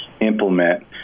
implement